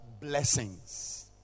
blessings